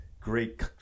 great